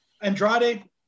Andrade